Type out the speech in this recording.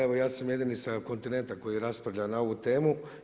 evo ja sam jedini sa kontinenta koji raspravlja na ovu temu.